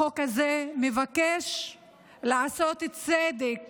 החוק הזה מבקש לעשות צדק